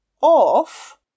off